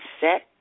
set